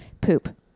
poop